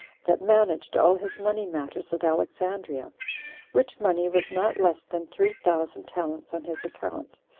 that managed all his money matters at alexandria which money was not less than three thousand talents on his account,